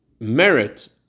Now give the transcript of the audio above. merit